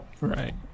right